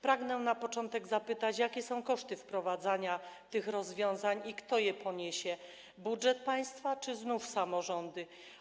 Pragnę na początek zapytać: Jakie są koszty wprowadzenia tych rozwiązań i kto je poniesie - budżet państwa czy znów samorządy?